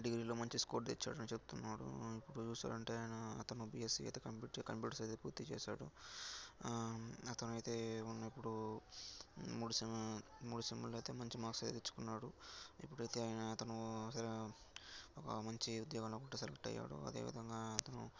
డిగ్రీలో మంచి స్కోర్ తెచ్చాడని చెప్తున్నారు ఎప్పుడు చూసానంటే నేను అతను బీఎస్సీ అయితే కంప్యూటర్స్ అయితే పూర్తిచేశాడు అతనయితే ఇప్పుడు మూడు మూడు సెమ్ములు అయితే మంచి మార్క్సే తెచ్చుకున్నాడు ఇప్పుడయితే అతను ఒక మంచి ఉద్యోగంలో అయితే సెలెక్ట్ అయ్యాడు అదే విధంగా అతను